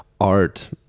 art